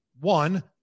one